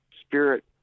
spirit